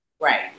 Right